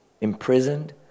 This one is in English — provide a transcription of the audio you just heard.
Imprisoned